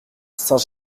saint